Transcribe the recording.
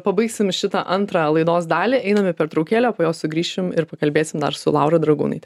pabaigsim šitą antrą laidos dalį einam į pertraukėlę po jos sugrįšiu dar pakalbėsim dar su laura dragūnaite